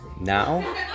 Now